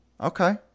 Okay